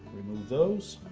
those.